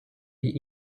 ich